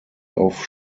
off